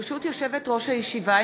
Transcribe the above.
ברשות יושבת-ראש הישיבה,